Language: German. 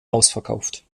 ausverkauft